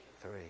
Three